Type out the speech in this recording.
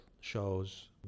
shows